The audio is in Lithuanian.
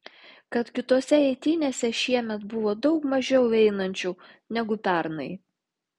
kad kitose eitynėse šiemet buvo daug mažiau einančių negu pernai